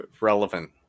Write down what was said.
relevant